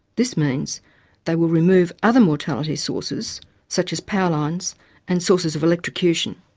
this means they will remove other mortality sources such as power lines and sources of electrocution.